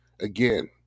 again